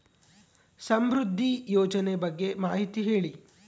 ಸಮೃದ್ಧಿ ಯೋಜನೆ ಬಗ್ಗೆ ಮಾಹಿತಿ ಹೇಳಿ?